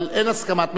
אבל אין הסכמת ממשלה.